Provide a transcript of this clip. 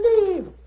leave